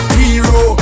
hero